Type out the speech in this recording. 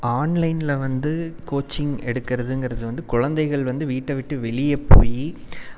ஆன்லைனில் வந்து கோச்சிங் எடுக்குறதுங்குறது வந்து குழந்தைகள் வந்து வீட்டை விட்டு வெளியே போய்